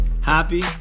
happy